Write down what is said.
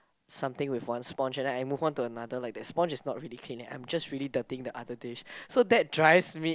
something with one sponge and then I move on to another like that sponge is not really clean and I'm just really dirtying the other dish so that drives me